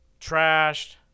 trashed